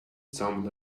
some